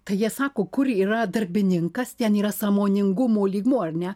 tai jie sako kur yra darbininkas ten yra sąmoningumo lygmuo ar ne